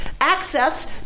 access